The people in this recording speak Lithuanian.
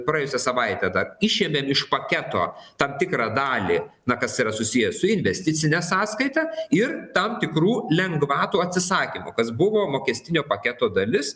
praėjusią savaitę dar išėmėm iš paketo tam tikrą dalį na kas yra susiję su investicine sąskaita ir tam tikrų lengvatų atsisakymo kas buvo mokestinio paketo dalis